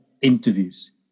interviews